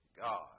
God